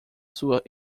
sua